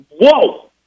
Whoa